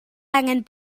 angen